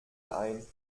ein